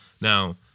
Now